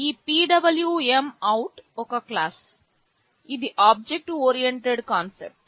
ఈ PwmOut ఒక class ఇది ఆబ్జెక్ట్ ఓరియెంటెడ్ కాన్సెప్ట్